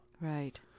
Right